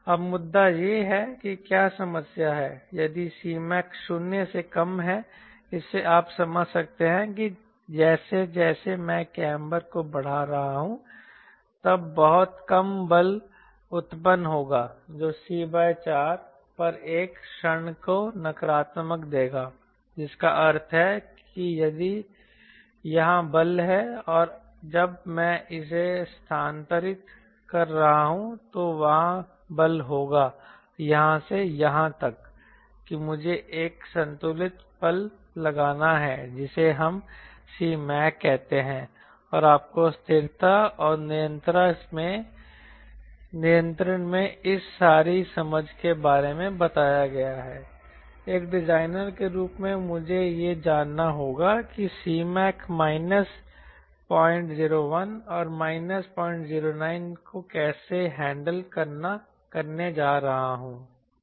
अब मुद्दा यह है कि क्या समस्या है यदि Cmac 0 से कम है इससे आप समझ सकते हैं कि जैसे जैसे मैं कैमर को बढ़ा रहा हूँ तब बहुत कम बल उत्पन्न होगा जो c 4 पर एक क्षण को नकारात्मक देगा जिसका अर्थ है कि यदि यहाँ बल है और जब मैं इसे स्थानांतरित कर रहा हूँ तो वहाँ बल होगा यहाँ से यहाँ तक कि मुझे एक संतुलित पल लगाना है जिसे हम Cmac कहते हैं और आपको स्थिरता और नियंत्रण में इस सारी समझ के बारे में बताया गया है एक डिज़ाइनर के रूप में मुझे यह जानना होगा कि मैं Cmac माइनस 001 और माइनस 009 को कैसे हैंडल करने जा रहा हूँ